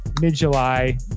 mid-july